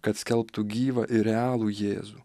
kad skelbtų gyvą ir realų jėzų